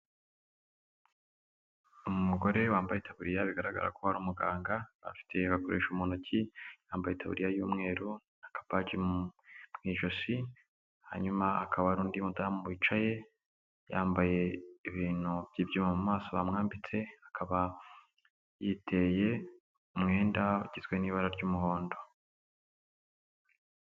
Umugore wambaye itaburiya bigaragara ko ari umuganga afite ibakoresha mu ntoki yambaye itaburiya y'umweru na kabaji mu ijosi, hanyuma hakaba undi mudamu wicaye yambaye ibintu by'ibyuma mu maso bamwambitse akaba yiteye umwenda ugizwe n'ibara ry'umuhondo.